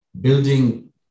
building